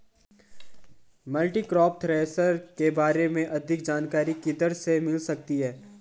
Multicrop thresher के बारे में अधिक जानकारी किधर से मिल सकती है?